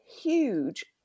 huge